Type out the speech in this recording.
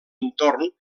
entorn